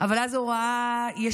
אבל אז הוא ראה ישיבה,